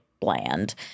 bland